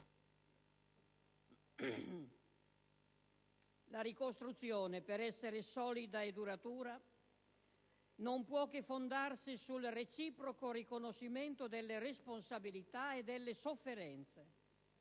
La ricostruzione, per essere solida e duratura, non può che fondarsi sul riconoscimento delle responsabilità e delle sofferenze